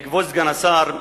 בעקבות סגן השר,